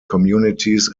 communities